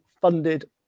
funded